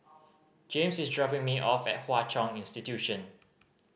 Jaymes is dropping me off at Hwa Chong Institution